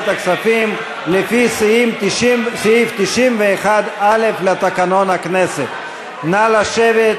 ועדת הכספים הודיע על רצון לכנס את הוועדה,